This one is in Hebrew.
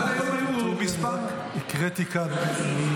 עד היום היו מספר --- חבר הכנסת ואטורי,